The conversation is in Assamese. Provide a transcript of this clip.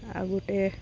আগতে